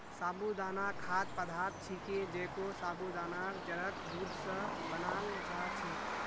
साबूदाना खाद्य पदार्थ छिके जेको साबूदानार जड़क दूध स बनाल जा छेक